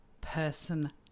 person